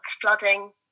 flooding